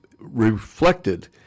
reflected